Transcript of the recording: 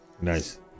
Nice